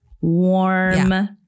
warm